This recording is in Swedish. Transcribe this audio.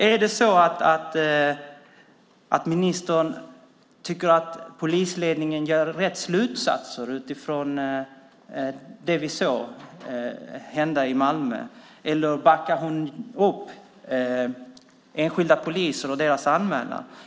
Är det så att ministern tycker att polisledningen drar rätt slutsatser utifrån det vi såg hända i Malmö, eller backar hon upp enskilda poliser och deras anmälningar?